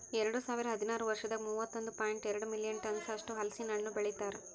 ಎರಡು ಸಾವಿರ ಹದಿನಾರು ವರ್ಷದಾಗ್ ಮೂವತ್ತೊಂದು ಪಾಯಿಂಟ್ ಎರಡ್ ಮಿಲಿಯನ್ ಟನ್ಸ್ ಅಷ್ಟು ಹಲಸಿನ ಹಣ್ಣು ಬೆಳಿತಾರ್